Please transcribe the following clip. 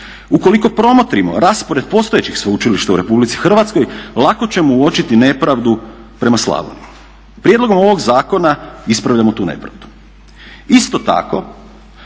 Ukoliko promotrimo raspored postojećih sveučilišta u Republici Hrvatskoj, lako ćemo uočiti nepravdu prema Slavoniji. Prijedlogom ovog zakona ispravljamo tu nepravdu. Isto tako